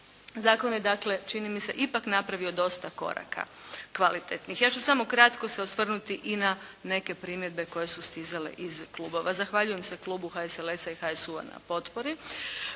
Zakon je dakle čini mi se ipak napravio dosta koraka kvalitetnih. Ja ću samo kratko se osvrnuti i na neke primjedbe koje su stizale iz klubova. Zahvaljujem se klubu HSLS-a i HSU-a na potpori.